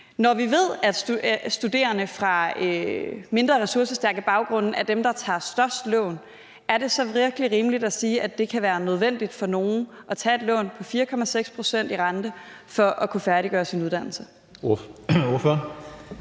Når vi ved, at studerende fra mindre ressourcestærke baggrunde er dem, der tager størst lån, er det så virkelig rimeligt at sige, at det kan være nødvendigt for nogen at tage et lån til 4,6 pct. i rente for at kunne færdiggøre sin uddannelse? Kl.